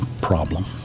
problem